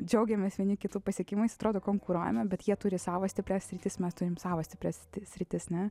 džiaugiamės vieni kitų pasiekimais atrodo konkuruojame bet jie turi savas stiprias sritis mes turime savas stiprias sritis ne